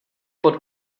pod